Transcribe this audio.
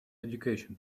education